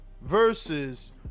versus